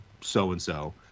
so-and-so